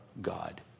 God